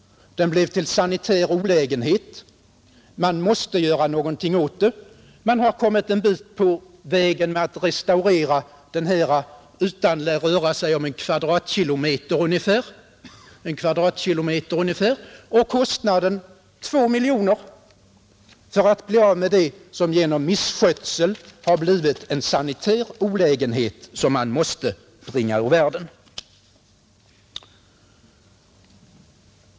Den blev till sanitär olägenhet. Man måste göra någonting åt det. Man har kommit en bit på vägen med att restaurera den. Ytan lär röra sig om ungefär en kvadratkilometer, och kostnaden beräknas till två miljoner kronor för att bli av med det som genom misskötsel blivit en sanitär olägenhet som man måste bringa ur världen.